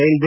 railway